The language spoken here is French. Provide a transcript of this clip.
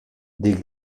des